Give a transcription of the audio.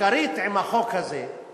העיקרית עם החוק הזה היא